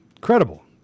credible